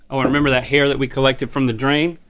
oh and remember that hair that we collected from the drain?